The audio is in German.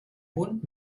bund